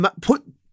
put